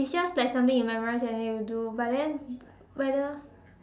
it's just like something you memorize and then you do but then whether